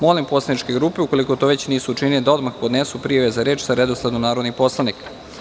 Molim poslaničke grupe ukoliko to već nisu učinile da odmah podnesu prijave za reč sa redosledom narodnih poslanika.